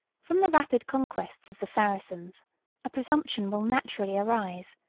from the rapid conquests of the saracens a presumption will naturally arise,